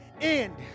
end